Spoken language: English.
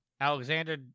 Alexander